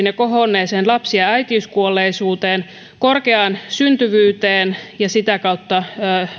ja kohonneeseen lapsi ja äitiyskuolleisuuteen korkeaan syntyvyyteen ja sitä kautta